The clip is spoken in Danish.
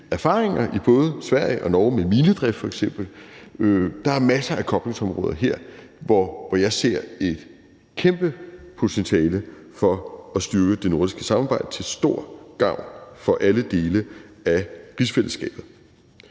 i både Sverige og Norge med hensyn til f.eks. minedrift. Der er masser af koblingsområder, hvor jeg ser et kæmpe potentiale for at styrke det nordiske samarbejde til stor gavn for alle dele af rigsfællesskabet.